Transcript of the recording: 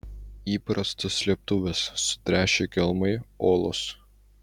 įprastos slėptuvės sutręšę kelmai olos